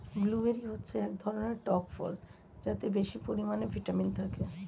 blueberry হচ্ছে এক ধরনের টক ফল যাতে বেশি পরিমাণে ভিটামিন থাকে